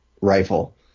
rifle